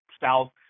South